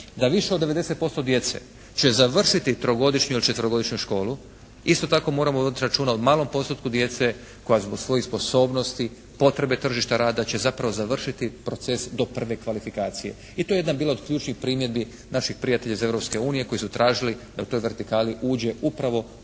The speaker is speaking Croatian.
da više od 90% djece će završiti trogodišnju ili četverogodišnju školu. Isto tako moramo voditi računa o malom postotku djece koja zbog svojih sposobnosti, potrebe tržišta rada će zapravo završiti proces do prve kvalifikacije i to je jedna bila od ključnih primjedbi naših prijatelja iz Europske unije koji su tražili da u toj vertikali uđe upravo